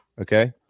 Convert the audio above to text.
Okay